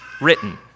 written